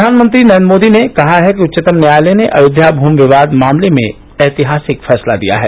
प्रधानमंत्री नरेन्द्र मोदी ने कहा है कि उच्चतम न्यायालय ने अयोध्या भूमि विवाद मामले में ऐतिहासिक फैसला दिया है